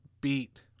beat